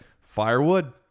firewood